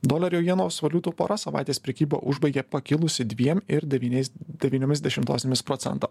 dolerio jenos valiutų pora savaitės prekybą užbaigė pakilusi dviem ir devyniais devyniomis dešimtosiomis procento